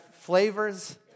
flavors